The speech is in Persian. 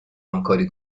همکاری